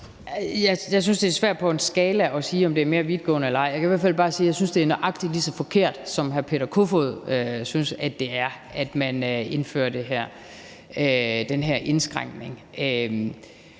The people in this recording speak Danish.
Jeg synes, det er svært på en skala at sige, om det er mere vidtgående eller ej. Jeg kan i hvert fald bare sige, at jeg synes, det er nøjagtig lige så forkert, som hr. Peter Kofod synes det er, at man indfører den her indskrænkning.